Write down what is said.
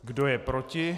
Kdo je proti?